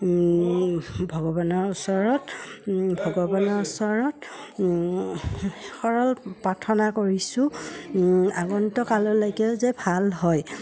ভগৱানৰ ওচৰত ভগৱানৰ ওচৰত সৰল প্ৰাৰ্থনা কৰিছোঁ আগন্ত কাললৈকে যে ভাল হয়